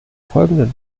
folgenden